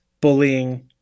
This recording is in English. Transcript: bullying